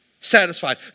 satisfied